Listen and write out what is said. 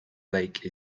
lake